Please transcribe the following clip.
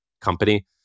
company